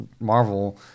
Marvel